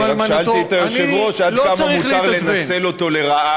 אני רק שאלתי את היושב-ראש עד כמה מותר לנצל אותו לרעה,